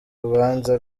rubanza